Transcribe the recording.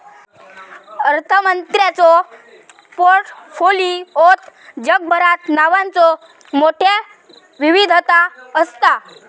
अर्थमंत्र्यांच्यो पोर्टफोलिओत जगभरात नावांचो मोठयो विविधता असता